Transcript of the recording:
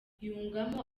yungamo